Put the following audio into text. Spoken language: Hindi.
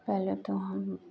पहले तो हम